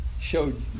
Showed